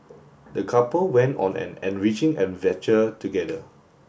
the couple went on an enriching adventure together